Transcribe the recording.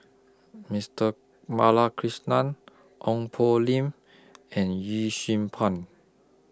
Mister Balakrishnan Ong Poh Lim and Yee Xing Pun